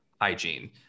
hygiene